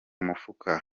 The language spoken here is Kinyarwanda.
mufuka